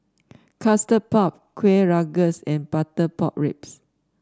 Custard Puff Kueh Rengas and Butter Pork Ribs